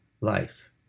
life